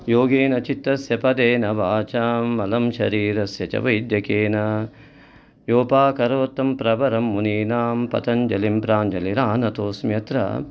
योगेन चित्तस्य पदेन वाचां मलं शरीरस्य च वैद्यकेन योपाकरोत्तं प्रवरं मुनीनां पतञ्जलिं प्राञ्जलिरानतोस्मि अत्र